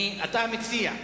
אתה המציע.